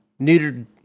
neutered